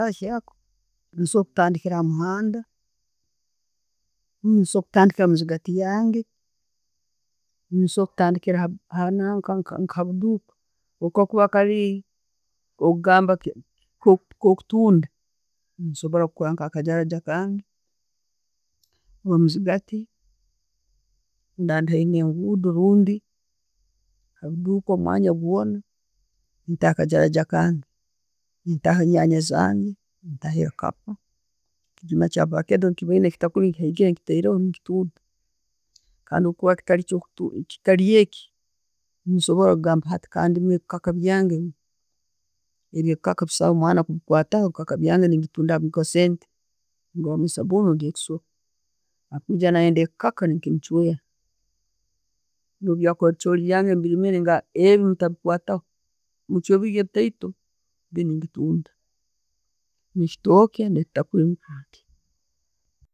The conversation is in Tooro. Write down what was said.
Ninsobora kutandikira ha'muhanda, ninsobora kutandikira omuzigati yange, ninsobora kutandikira ha nanka. Nikwo gamba nka okutunda, nkusobora kukora nka akajja kange okomuzigatti. Nda ndi hayi nengudo orundi, abuduuka omwanya gwoona, ntaho akajjaja kange, ntaho enjanja zange, ekijuma ekyo'ovacado nkobwoine, ekitakuli nkiteireho. Kandi bwechikuba kitalyekyo, ninsobora gamba hati kandime ebikaaka byange, ebyo bikaka busaho mwana kubikwataho, ebikaka byange ne'bitungamu akasente ngure esabuuni rundi ekisuura. Akwija nayenda ebikaka, nenkimuchwera. Ne'bwebikuba ebichooli byange mbirimire, negamba ebyo mutabikwataho, muchwe biri ebitaito, binu mbitunda, ekitooke ne ekitakuli.